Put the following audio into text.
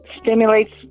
stimulates